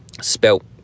Spelt